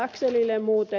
laxellille muuten